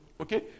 Okay